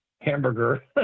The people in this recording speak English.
hamburger